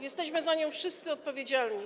Jesteśmy za nią wszyscy odpowiedzialni.